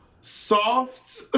soft